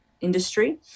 industry